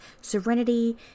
serenity